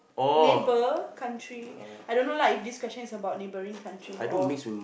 neighbour country I don't know lah is this question is about neighbouring country or